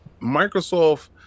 Microsoft